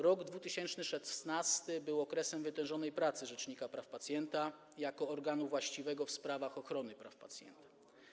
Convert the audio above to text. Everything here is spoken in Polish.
Rok 2016 był okresem wytężonej pracy rzecznika praw pacjenta jako organu właściwego w sprawach ochrony praw pacjenta.